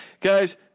Guys